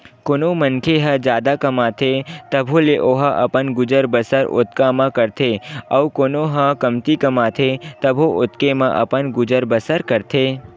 कोनो मनखे ह जादा कमाथे तभो ले ओहा अपन गुजर बसर ओतका म करथे अउ कोनो ह कमती कमाथे तभो ओतके म अपन गुजर बसर करथे